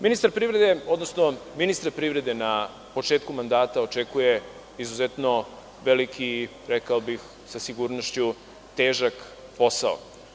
Ministar privrede, odnosno ministra privrede na početku mandata očekuje izuzetno veliki, rekao bih sa sigurnošću, težak posao.